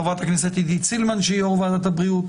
חברת הכנסת עידית סילמן שהיא יושבת-ראש ועדת הבריאות.